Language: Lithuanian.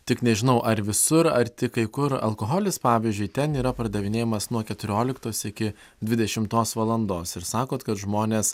tik nežinau ar visur ar tik kai kur alkoholis pavyzdžiui ten yra pardavinėjamas nuo keturioliktos iki dvidešimtos valandos ir sakot kad žmonės